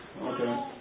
Okay